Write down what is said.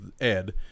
Ed